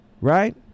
right